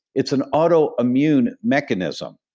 it's an autoimmune mechanism.